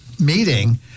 meeting